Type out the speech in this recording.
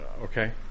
Okay